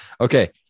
Okay